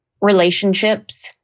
Relationships